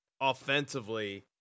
offensively